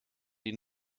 den